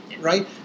right